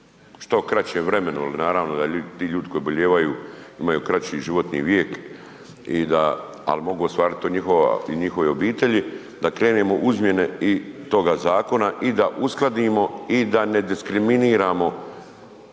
što kraćem vremenu jer naravno da ti ljudi koji obolijevaju imaju kraći životni vijek ali mogu ostvariti te njihove obitelji, da krenemo u izmjene toga zakona i da uskladimo i da ne diskriminiramo